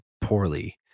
poorly